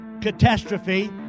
catastrophe